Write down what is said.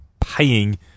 paying